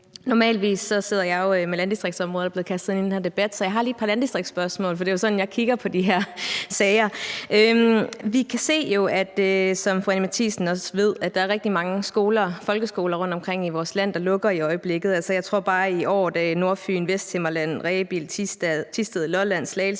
Normalvis sidder jeg jo med landdistriktsområdet, men jeg er blevet kastet ind i den her debat, så jeg har lige et par landdistriktsspørgsmål, for det er jo fra den vinkel, jeg kigger på de her sager. Vi kan jo se, at der, som fru Anni Matthiesen også ved, er rigtig mange folkeskoler i rundtomkring vores land, der lukker i øjeblikket. Jeg tror, at det bare i år er sket på Nordfyn, i Vesthimmerland, Rebild, Thisted, Lolland, Slagelse